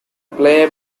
player